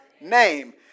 name